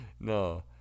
no